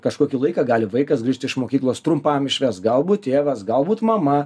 kažkokį laiką gali vaikas grįžt iš mokyklos trumpam išves galbūt tėvas galbūt mama